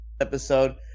episode